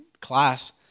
class